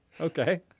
Okay